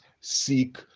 seek